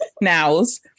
nows